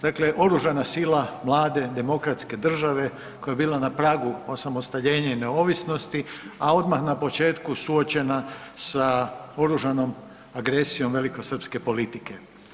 Dakle, oružana sila mlade demokratske države koja je bila na pragu osamostaljenja i neovisnosti, a odmah na početka suočena sa oružanom agresijom velikosrpske politike.